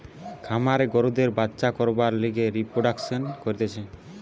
খামারে গরুদের বাচ্চা করবার লিগে রিপ্রোডাক্সন করতিছে